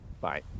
Bye